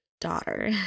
daughter